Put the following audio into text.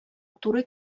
туры